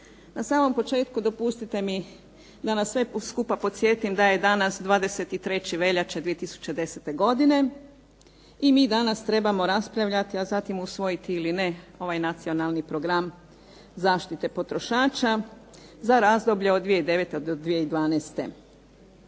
Na samom početku dopustite mi da nas sve skupa podsjetim da je danas 23. veljače 2010. godine i mi danas trebamo raspravljati, a zatim usvojiti ili ne, ovaj Nacionalni program zaštite potrošača za razdoblje od 2009. do 2012. Ja se